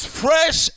fresh